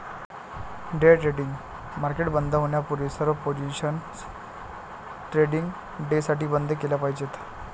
day trading market बंद होण्यापूर्वी सर्व पोझिशन्स ट्रेडिंग डेसाठी बंद केल्या पाहिजेत